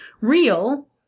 Real